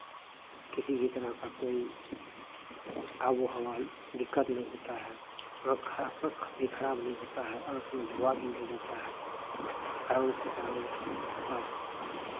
किसी भी तरह का कोई आबो हवा दिक्कत नहीं होता है आँख आँख भी खराब नहीं होता है आँख में धुआँ भी नहीं जाता है एक आराम से आराम अब